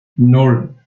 nan